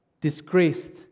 disgraced